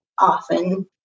Often